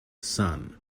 son